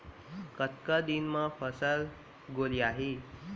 कतका दिन म फसल गोलियाही?